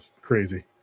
crazy